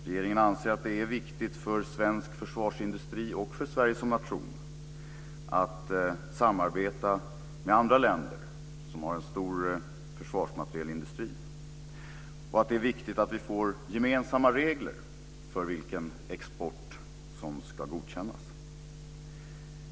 Regeringen anser att det är viktigt för svensk försvarsindustri och för Sverige som nation att samarbeta med andra länder som har en stor försvarsmaterielindustri och att det är viktigt att vi får gemensamma regler för vilken export som ska godkännas.